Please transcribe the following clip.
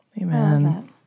Amen